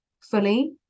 fully